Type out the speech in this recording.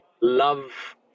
love